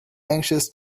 anxious